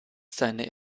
seine